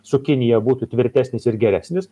su kinija būtų tvirtesnis ir geresnis